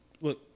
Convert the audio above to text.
look